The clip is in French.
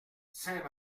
saint